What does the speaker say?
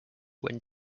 when